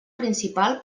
principal